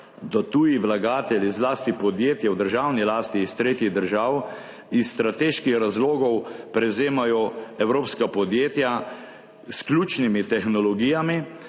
da tuji vlagatelji, zlasti podjetja v državni lasti iz tretjih držav iz strateških razlogov prevzemajo evropska podjetja s ključnimi tehnologijami,